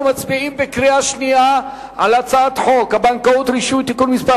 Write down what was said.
אנחנו מצביעים בקריאה שנייה על הצעת חוק הבנקאות (רישוי) (תיקון מס'